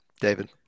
David